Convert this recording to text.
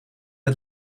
het